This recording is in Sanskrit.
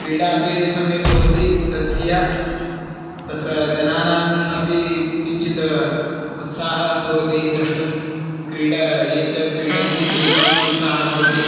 क्रीडा अपि सम्यक् भवति तद्धिया तत्र जनानाम् अपि किञ्चित् उत्साहः भवति द्रष्टुं क्रीडा ये च क्रीडन्ति तेषामपि उत्साहः भवति